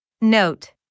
Note